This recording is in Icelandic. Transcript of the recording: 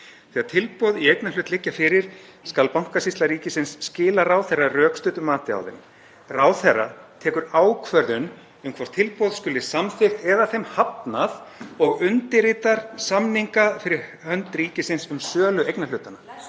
„Þegar tilboð í eignarhlut liggja fyrir skal Bankasýsla ríkisins skila ráðherra rökstuddu mati á þeim. Ráðherra tekur ákvörðun um hvort tilboð skuli samþykkt eða þeim hafnað og undirritar samninga fyrir hönd ríkisins um sölu eignarhlutarins.“